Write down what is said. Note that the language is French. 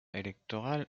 électorales